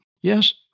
Yes